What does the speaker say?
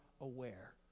aware